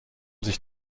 sich